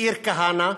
מאיר כהנא,